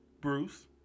Bruce